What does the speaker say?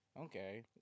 okay